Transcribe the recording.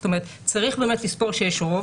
זאת אומרת צריך לספור שיש רוב,